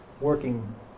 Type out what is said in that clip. working